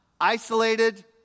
isolated